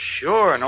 sure